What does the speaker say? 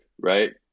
right